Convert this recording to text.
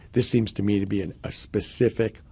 this seems to me to be an a specific,